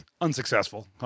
unsuccessful